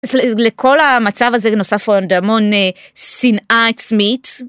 לכל המצב הזה נוסף עוד המון שנאה עצמית.